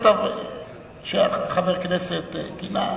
חבר כנסת כינה,